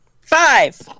five